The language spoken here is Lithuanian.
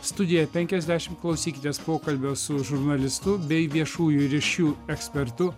studija penkiasdešimt klausykitės pokalbio su žurnalistu bei viešųjų ryšių ekspertu